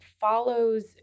follows